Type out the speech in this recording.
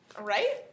Right